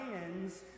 hands